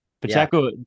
Pacheco